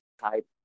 type